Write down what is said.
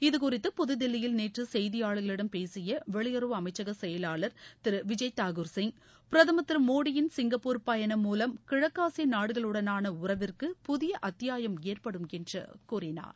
இதுகுறித்து புதுதில்லியில் நேற்று செய்தியாளர்களிடம் பேசிய வெளியுறவு அமைச்சக செயலாளர் திரு விஜய் தாகுர் சிங் பிரதமர் திரு மோடியின் சிங்கப்பூர் பயணம் மூலம் கிழக்காசிய நாடுகளுடனான உறவிற்கு புதிய அத்தியாயம் ஏற்படுமென்று கூறினார்